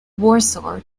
warsaw